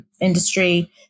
industry